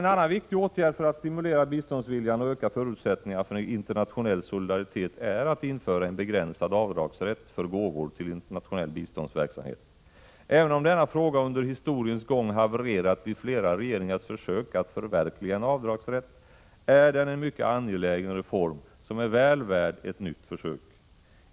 En annan viktig åtgärd för att stimulera biståndsviljan och öka förutsättningarna för internationell solidaritet är att införa en begränsad avdragsrätt för gåvor till internationell biståndsverksamhet. Även om denna fråga under historiens gång havererat vid flera regeringars försök att förverkliga en avdragsrätt, är den en mycket angelägen reform som är väl värd ett nytt försök.